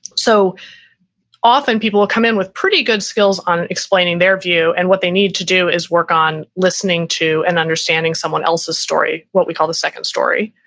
so often people will come in with pretty good skills on explaining their view and what they need to do is work on listening to and understanding someone else's story, what we call the second story.